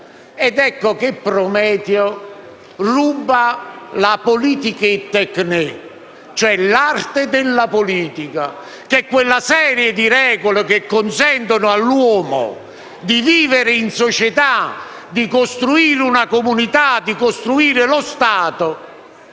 Pertanto Prometeo ruba la *politiké tèchne,* cioè l'arte della politica, ovvero quella serie di regole che consentono all'uomo di vivere in società, di costituire una comunità, di costruire lo Stato.